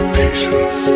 patience